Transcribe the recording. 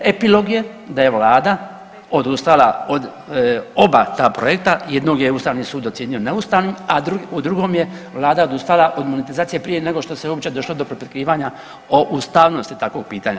Epilog je da je vlada odustala od oba ta projekta, jednog je ustavni sud ocijenio neustavnim, a u drugom je vlada odustala od monetizacije prije nego što se uopće došlo do propitkivanja o ustavnosti takvog pitanja.